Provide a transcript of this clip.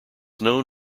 known